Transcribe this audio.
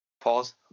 pause